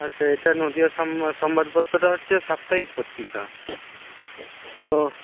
আচ্ছা এইটা নদীয়া সংবাদ সংবাদপত্রটা হচ্ছে সাপ্তাহিক পত্রিকা তো